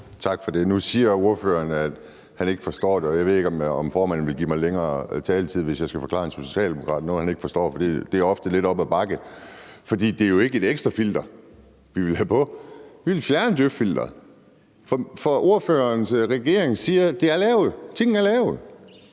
det er ofte lidt op ad bakke. Det er jo ikke et ekstra filter, vi vil have på. Vi vil fjerne djøf-filteret, for ordførerens regering siger, at det er lavet,